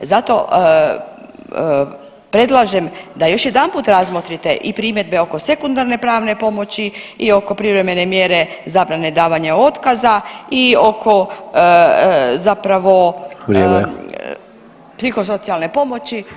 Zato predlažem da još jedanput razmotrite i primjedbe oko sekundarne pravne pomoći i oko privremene mjere zabrane davanja otkaza i oko zapravo [[Upadica: Vrijeme.]] psihosocijalne [[Upadica: Vrijeme.]] pomoći.